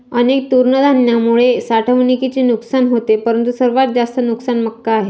अनेक तृणधान्यांमुळे साठवणुकीचे नुकसान होते परंतु सर्वात जास्त नुकसान मका आहे